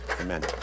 amen